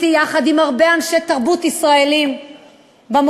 יחד עם הרבה אנשי תרבות ישראלים במופע